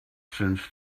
since